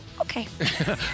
Okay